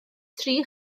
tri